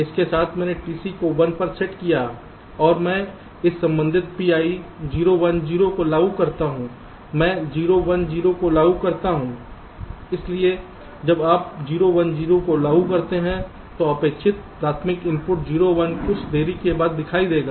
इसके बाद मैंने TC को 1 पर सेट किया और मैं इस संबंधित PI 0 1 0 को लागू करता हूं मैं 0 1 0 को लागू करता हूं इसलिए जब आप 0 1 0 को लागू करते हैं तो अपेक्षित प्राथमिक आउटपुट 0 1 कुछ देरी के बाद दिखाई देगा